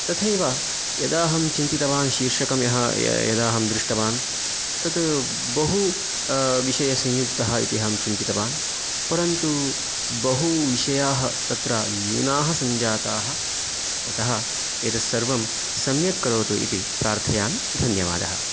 तथैव यदा अहं चिन्तितवान् शीर्षकं यः य यदहं दृष्टवान् तत् बहु विषयसंयुक्तः इति अहं चिन्तितवान् परन्तु बहु विषयाः तत्र न्यूनाः सञ्जाताः अतः एतत् सर्वं सम्यक् करोतु इति प्रार्थयामि धन्यवादः